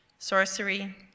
Sorcery